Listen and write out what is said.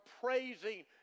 praising